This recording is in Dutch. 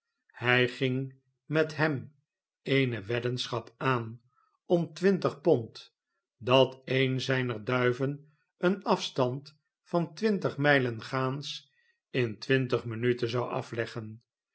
hij ging met hem eene weddenschap aan om twintig pond dat eene zyner duiven een afstand van twintig mylen gaans in twintig minuten zou afleggen